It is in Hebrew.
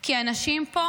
כי האנשים פה